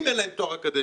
אם אין להם תואר אקדמי.